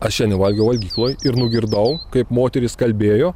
ar šiandien valgiau valgykloj ir nugirdau kaip moteris kalbėjo